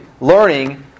learning